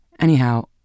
Anyhow